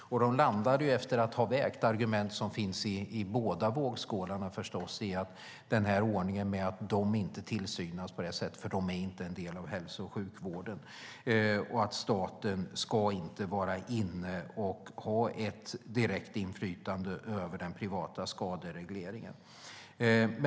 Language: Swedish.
Utredningen landade, efter att vägt argumenten i båda vågskålarna, i ordningen att de inte ska tillsynas, för de är inte en del av hälso och sjukvården, och att staten inte ska ha ett direkt inflytande över den privata skaderegleringen.